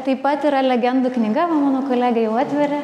taip pat yra legendų knyga va mano kolegė jau atveria